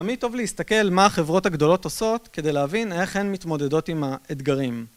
תמיד טוב להסתכל מה החברות הגדולות עושות, כדי להבין איך הן מתמודדות עם האתגרים.